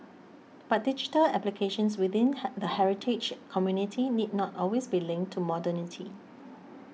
but digital applications within hen the heritage community need not always be linked to modernity